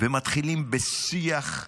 ומתחילים בשיח,